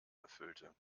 erfüllte